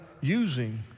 using